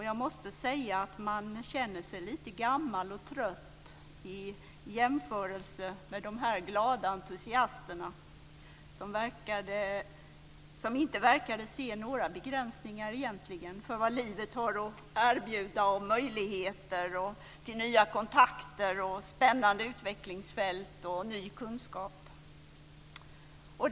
Jag måste säga att man känner sig lite gammal och trött i jämförelse med dessa glada entusiaster som egentligen inte verkade se några begränsningar för vad livet har att erbjuda av möjligheter till nya kontakter, spännande utvecklingsfält och ny kunskap.